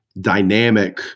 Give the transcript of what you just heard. dynamic